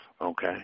Okay